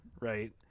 right